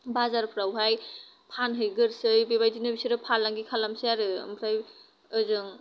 बाजारफ्रावहाय फानहैगोरसै बेबायदिनो बिसोर फालांगि खालामसै आरो ओमफ्राय ओजों